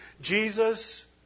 Jesus